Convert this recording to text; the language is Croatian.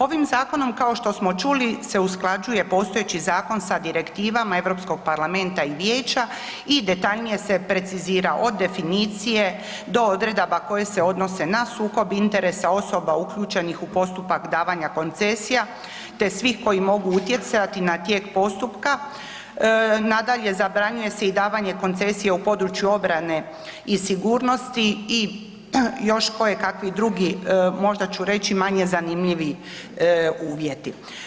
Ovim zakonom kao što smo čuli se usklađuje postojeći zakon sa direktivama Europskog parlamenta i vijeća i detaljnije se precizira od definicije do odredaba koje se odnose na sukob interesa osoba uključenih u postupak davanja koncesija te svih koji mogu utjecati na tijek postupka, nadalje zabranjuje se i davanje koncesije u području obrane i sigurnosti i još kojekakvih drugih, možda ću reći manje zanimljivi uvjeti.